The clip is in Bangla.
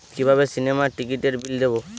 কিভাবে সিনেমার টিকিটের বিল দেবো?